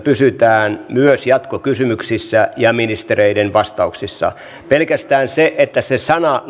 pysytään myös jatkokysymyksissä ja ministereiden vastauksissa pelkästään se että se sana